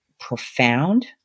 profound